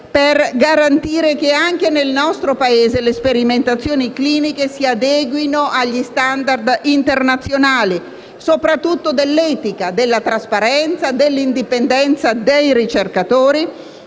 per garantire che anche nel nostro Paese le sperimentazioni cliniche si adeguino agli *standard* internazionali (soprattutto quelli dell'etica, della trasparenza e dell'indipendenza dei ricercatori)